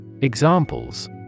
Examples